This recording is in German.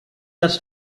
hat